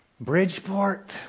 Bridgeport